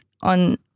on